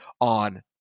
on